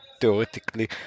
theoretically